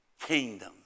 kingdom